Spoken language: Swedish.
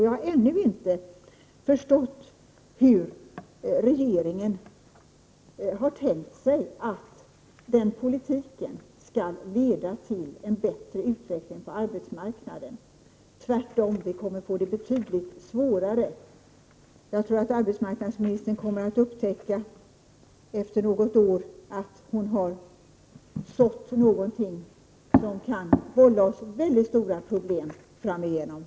Jag har ännu inte förstått hur regeringen har tänkt sig att den politiken skall kunna leda till en bättre utveckling på arbetsmarknaden — tvärtom; vi kommer att få det betydligt svårare. Jag tror att arbetsmarknadsministern kommer att upptäcka, efter något år, att hon har sått någonting som kan vålla oss väldiga problem framöver.